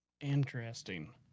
Interesting